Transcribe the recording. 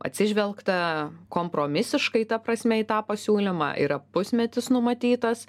atsižvelgta kompromisiškai ta prasme į tą pasiūlymą yra pusmetis numatytas